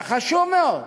וזה חשוב מאוד,